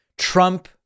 Trump